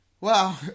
Wow